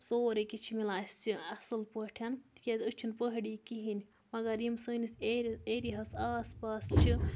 سورُے کینٛہہ چھُ مِلان اَسہِ اَصٕل پٲٹھۍ تِکیٛازِ أسۍ چھِنہٕ پہٲڑی کِہیٖنۍ مگر یِم سٲنِس ایری ایریاہَس آس پاس چھِ